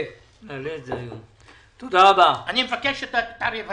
אני מבקש מאוד שאתה תתערב היום.